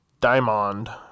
Diamond